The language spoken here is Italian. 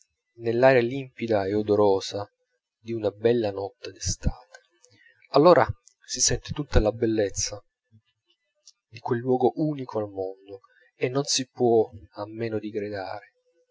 nell'aria limpida e odorosa di una bella notte d'estate allora si sente tutta la bellezza di quel luogo unico al mondo e non si può a meno